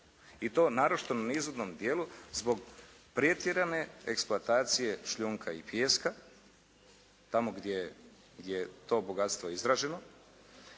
I to naročito na nizvodnom dijelu zbog pretjerane eksploatacije šljunka i pijeska tamo gdje je to bogatstvo izraženo.